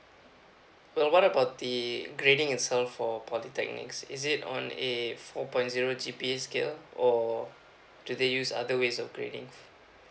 so what about the grading itself for polytechnics is it on a four point zero G_P_A scale or do they use other ways of gradings